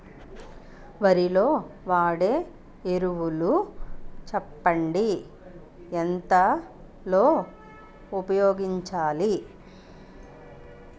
వరిలో వాడే ఎరువులు చెప్పండి? ఎంత లో ఉపయోగించాలీ?